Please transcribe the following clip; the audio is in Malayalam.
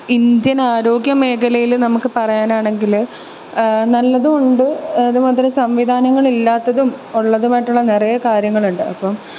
ഇന്ത്യന് ആരോഗ്യമേഖലയിൽ നമുക്ക് പറയാനാണെങ്കിൽ നല്ലതും ഉണ്ട് അതുമാതിരി സംവിധാനങ്ങളില്ലാത്തതും ഉള്ളതുമായിട്ടുള്ള നിറയെ കാര്യങ്ങളുണ്ട് അപ്പോൾ